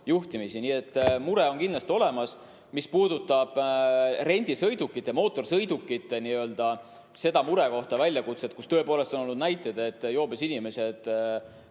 juhtimisi. Nii et mure on kindlasti olemas. Mis puudutab rendisõidukite, mootorsõidukite n-ö seda murekohta, väljakutset, kus tõepoolest on olnud näiteid, et joobes inimesed